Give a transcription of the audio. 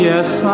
Yes